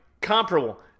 comparable